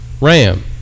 RAM